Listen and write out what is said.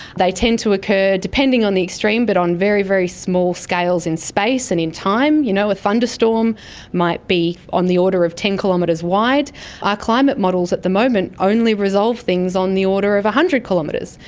they tend to occur, depending on the extreme, but on very, very small scales in space and in time. you know, a thunderstorm might be on the order of ten kilometres wide. our climate models at the moment only resolve things on the order of one hundred kilometres.